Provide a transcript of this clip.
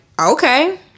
okay